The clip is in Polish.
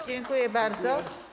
Dziękuję bardzo.